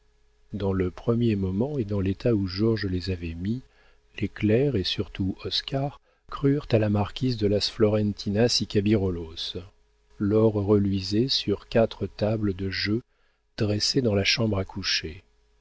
dans le premier moment et dans l'état où georges les avait mis les clercs et surtout oscar crurent à la marquise de las florentinas y cabirolos l'or reluisait sur quatre tables de jeu dressées dans la chambre à coucher